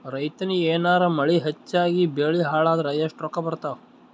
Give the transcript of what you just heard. ರೈತನಿಗ ಏನಾರ ಮಳಿ ಹೆಚ್ಚಾಗಿಬೆಳಿ ಹಾಳಾದರ ಎಷ್ಟುರೊಕ್ಕಾ ಬರತ್ತಾವ?